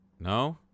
No